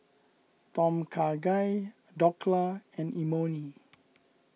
Tom Kha Gai Dhokla and Imoni